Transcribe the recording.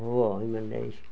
হ'ব ইমানতে এৰিছোঁ